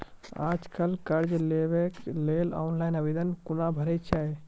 आज कल कर्ज लेवाक लेल ऑनलाइन आवेदन कूना भरै छै?